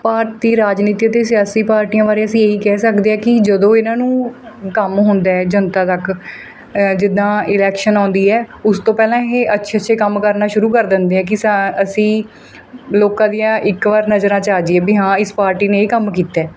ਭਾਰਤੀ ਰਾਜਨੀਤੀ ਅਤੇ ਸਿਆਸੀ ਪਾਰਟੀਆਂ ਬਾਰੇ ਅਸੀਂ ਇਹੀ ਕਹਿ ਸਕਦੇ ਹਾਂ ਕਿ ਜਦੋਂ ਇਹਨਾਂ ਨੂੰ ਕੰਮ ਹੁੰਦਾ ਜਨਤਾ ਤੱਕ ਜਿੱਦਾਂ ਇਲੈਕਸ਼ਨ ਆਉਂਦੀ ਹੈ ਉਸ ਤੋਂ ਪਹਿਲਾਂ ਇਹ ਅੱਛੇ ਅੱਛੇ ਕੰਮ ਕਰਨਾ ਸ਼ੁਰੂ ਕਰ ਦਿੰਦੇ ਐ ਕਿ ਸ ਅਸੀਂ ਲੋਕਾਂ ਦੀਆਂ ਇੱਕ ਵਾਰ ਨਜ਼ਰਾਂ 'ਚ ਆ ਜਾਈਏ ਵੀ ਹਾਂ ਇਸ ਪਾਰਟੀ ਨੇ ਇਹ ਕੰਮ ਕੀਤਾ